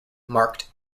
marked